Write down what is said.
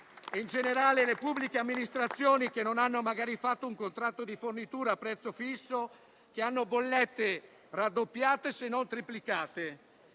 in generale le pubbliche amministrazioni che non hanno magari fatto un contratto di fornitura a prezzo fisso, che hanno bollette raddoppiate se non triplicate.